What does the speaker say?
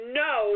no